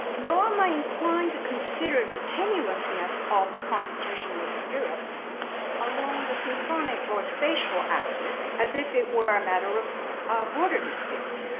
um i inclined to consider the tenuousness of the constitution of europe along the synchronic or spatial axis as if it were a matter of a border dispute.